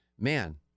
Man